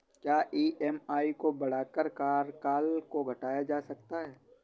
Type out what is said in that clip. क्या ई.एम.आई को बढ़ाकर कार्यकाल को घटाया जा सकता है?